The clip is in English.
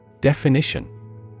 Definition